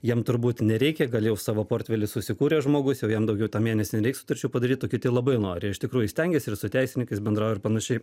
jam turbūt nereikia gal jau savo portfelį susikūrė žmogus jau jam daugiau tą mėnesį nereiks sutarčių padaryt o kiti labai nori iš tikrųjų stengiasi ir su teisininkais bendrauja ir panašiai